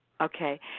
Okay